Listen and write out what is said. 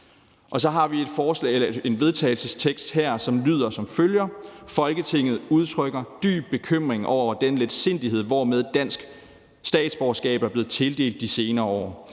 følgende: Forslag til vedtagelse »Folketinget udtrykker dyb bekymring over den letsindighed, hvormed dansk statsborgerskab er blevet tildelt i de senere år.